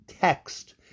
text